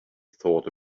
thought